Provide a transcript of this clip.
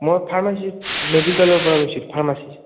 মই ফাৰ্মাচিষ্ট মেডিকেলৰ পৰা কৈছোঁ ফাৰ্মাচিষ্ট